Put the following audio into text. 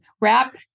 wrap